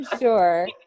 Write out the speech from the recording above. sure